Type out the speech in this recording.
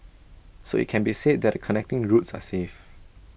so IT can be said that the connecting routes are safe